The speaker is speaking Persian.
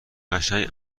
قشنگ